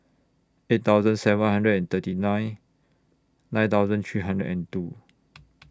eight thousand seven hundred and thirty nine nine thousand three hundred and two